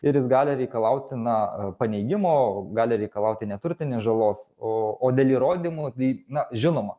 ir jis gali reikalauti na a paneigimo gali reikalauti neturtinės žalos o o dėl įrodymų dai na žinoma